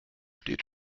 steht